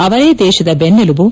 ಅವರೇ ದೇಶದ ಬೆನ್ನಲುಬು